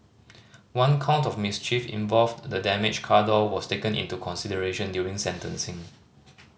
one count of mischief involve the damaged car door was taken into consideration during sentencing